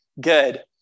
good